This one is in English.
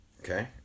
Okay